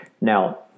Now